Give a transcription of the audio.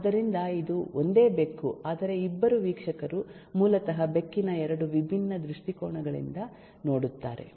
ಆದ್ದರಿಂದ ಇದು ಒಂದೇ ಬೆಕ್ಕು ಆದರೆ ಇಬ್ಬರು ವೀಕ್ಷಕರು ಮೂಲತಃ ಬೆಕ್ಕಿನ ಎರಡು ವಿಭಿನ್ನ ದೃಷ್ಟಿಕೋನಗಳಿಂದ ನೋಡುತ್ತಾರೆ